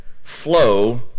flow